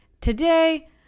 Today